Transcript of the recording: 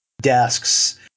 desks